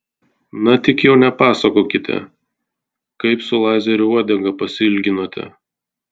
na tik jau nepasakokit kaip su lazeriu uodegą pasiilginote